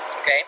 Okay